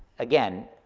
again,